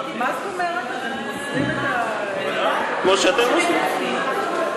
זה לא בניגוד לתקנון.